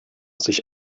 sich